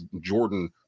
jordan